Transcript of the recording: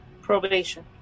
Probation